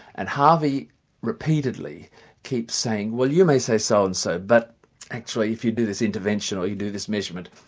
and harvey repeatedly keeps saying, well you may say so-and-so, so and so but actually if you do this intervention, or you do this measurement,